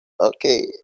Okay